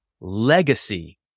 legacy